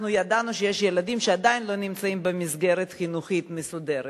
אנחנו ידענו שיש ילדים שעדיין לא נמצאים במסגרת חינוכית מסודרת.